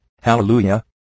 Hallelujah